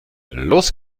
los